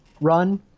run